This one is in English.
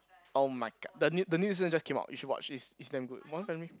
oh my god the new the new season just came out you should watch this is damn good modern family